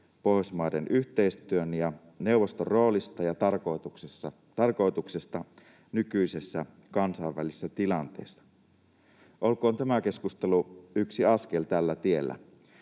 Pohjoismaiden yhteistyön ja neuvoston roolista ja tarkoituksesta nykyisessä kansainvälisessä tilanteessa. Olkoon tämä keskustelu yksi askel tällä tiellä.